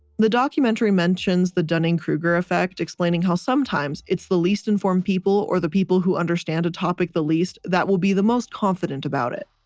the documentary mentions the dunning-kruger effect explaining how sometimes it's the least informed people or the people who understand a topic the least that will be the most confident about it.